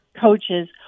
coaches